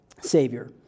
savior